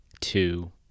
two